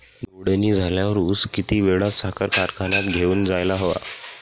तोडणी झाल्यावर ऊस किती वेळात साखर कारखान्यात घेऊन जायला हवा?